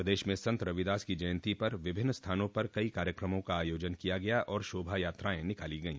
प्रदेश में संत रविदास की जयंती पर विभिन्न स्थानों पर कई कार्यक्रमों का आयोजन किया गया और शोभा यात्राएं निकाली गई